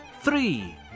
three